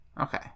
Okay